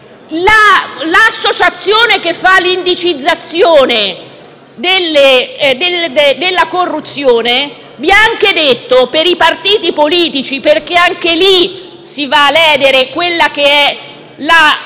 L'associazione che fa l'indicizzazione della corruzione vi ha anche detto - per i partiti politici, perché anche lì si va a ledere la base dell'articolo